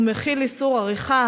הוא מכיל איסור עריכה,